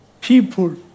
people